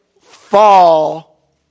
fall